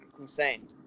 insane